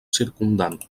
circumdant